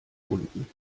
unten